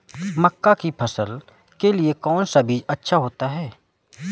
मक्का की फसल के लिए कौन सा बीज अच्छा होता है?